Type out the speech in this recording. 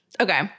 Okay